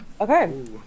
Okay